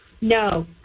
No